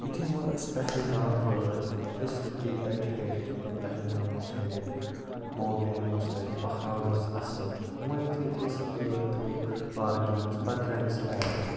یُتھُے وۄنۍ أسۍ پہلگام وٲتۍ أسۍ رُکے تَتہِ ہیٚرِ مطلب پہلگام اوس ہیٚرِ موٹین اوس تَتہِ پہاڑ اوس اَصٕل وۄنۍ یُتھُے أسۍ گٲڑۍ تھٲو پارکِنٛگ منٛز پَتہٕ درٛاے أسۍ پیدَل